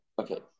Okay